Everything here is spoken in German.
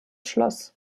schloss